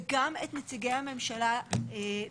וגם את נציגי הממשלה למיניהם.